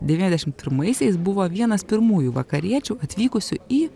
devyniasdešimt pirmaisiais buvo vienas pirmųjų vakariečių atvykusių į